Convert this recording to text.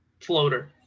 floater